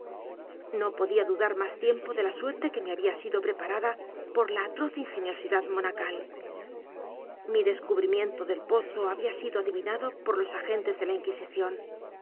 no podía d u d a r más tiempo de la suerte que me había sido p r e p a r a d a por la atroz ingeniosidad monacal mi descubrimiento del pozo había sido adivinado por los agentes de la inquisición